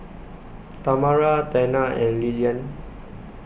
Tamara Tana and Lilyan